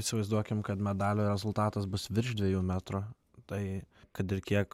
įsivaizduokim kad medalio rezultatas bus virš dviejų metrų tai kad ir kiek